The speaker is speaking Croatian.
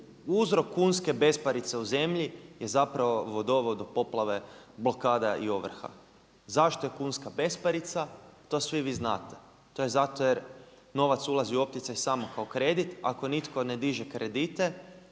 uzrok kunske besparice u zemlji je zapravo vodovao do poplave blokada i ovrha. Zašto je kunska besparica? To svi vi znate, to je zato jer novac ulazi u opticaj samo kao kredit. Ako nitko ne diže kredite